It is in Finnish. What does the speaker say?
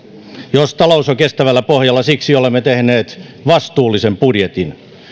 jos talous on kestävällä pohjalla siksi olemme tehneet vastuullisen budjetin